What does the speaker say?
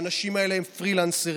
האנשים האלה הם פרילנסרים,